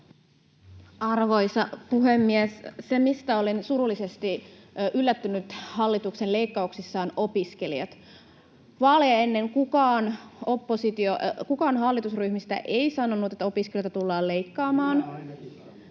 Arvoisa puhemies! Se, mistä olen surullisesti yllättynyt hallituksen leikkauksissa, on kohdistuminen opiskelijoihin. Vaaleja ennen ei kukaan hallitusryhmistä sanonut, että opiskelijoilta tullaan leikkaamaan. [Ben Zyskowicz: